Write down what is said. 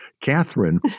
Catherine